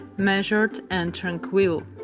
measured, and tranquil,